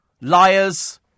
liars